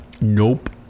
Nope